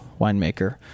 winemaker